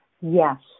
yes